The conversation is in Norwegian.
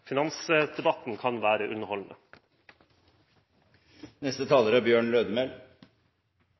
Finansdebatten kan være underholdende.